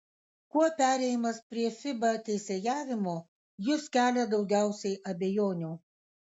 kuo perėjimas prie fiba teisėjavimo jus kelia daugiausiai abejonių